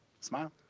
smile